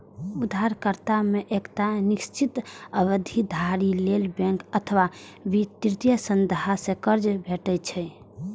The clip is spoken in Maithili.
उधारकर्ता कें एकटा निश्चित अवधि धरि लेल बैंक अथवा वित्तीय संस्था सं कर्ज भेटै छै